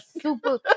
super